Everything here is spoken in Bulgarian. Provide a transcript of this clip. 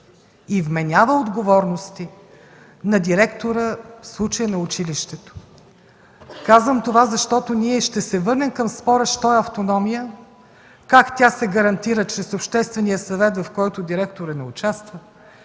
и вменява отговорности на директора, в случая на училището. Казвам това, защото ние ще се върнем към спора що е автономия, как тя се гарантира с Обществения съвет, в който директорът не участва,